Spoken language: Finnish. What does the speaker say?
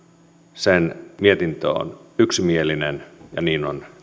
sen mietintö on yksimielinen ja niin on